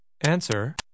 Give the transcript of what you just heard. Answer